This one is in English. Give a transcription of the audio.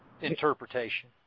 interpretation